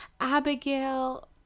abigail